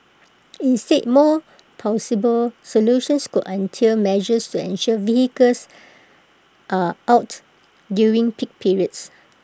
instead more plausible solutions could entail measures to ensure vehicles are out during peak periods